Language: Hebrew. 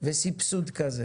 וסבסוד כזה